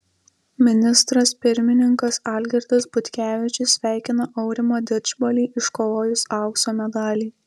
ministras pirmininkas algirdas butkevičius sveikina aurimą didžbalį iškovojus aukso medalį